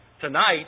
Tonight